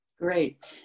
Great